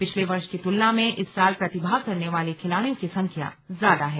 पिछलें वर्ष की तुलना में इस साल प्रतिभाग करने वाले खिलाड़ियों की संख्या ज्यादा है